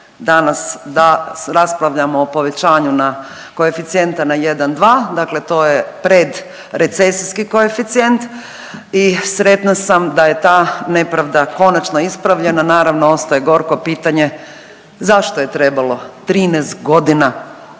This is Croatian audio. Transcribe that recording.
danas da raspravljamo o povećanju na, koeficijenta na 1,2. Dakle, to je predrecesijski koeficijent. I sretna sam da je ta nepravda konačno ispravljena. Naravno ostaje gorko pitanje zašto je trebalo 13 godina